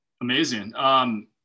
Amazing